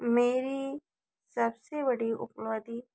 मेरी सबसे बड़ी उपलब्धि